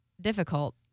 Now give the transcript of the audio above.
difficult